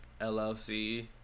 LLC